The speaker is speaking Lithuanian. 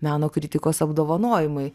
meno kritikos apdovanojimai